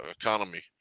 economy